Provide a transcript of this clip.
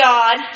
God